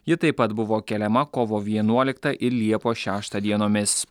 ji taip pat buvo keliama kovo vienuoliktą ir liepos šeštą dienomis